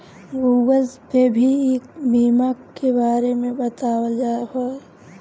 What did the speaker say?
Google पे भी ई बीमा के बारे में बतावत हवे